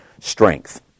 strength